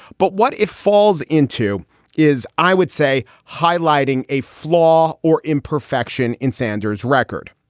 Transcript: but what it falls into is, i would say, highlighting a flaw or imperfection in sanders record.